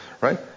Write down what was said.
Right